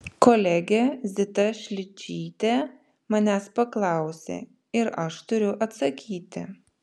kolegė zita šličytė manęs paklausė ir aš turiu atsakyti